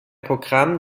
programm